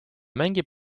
mängib